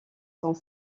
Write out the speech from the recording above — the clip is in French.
sont